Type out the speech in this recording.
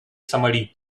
сомали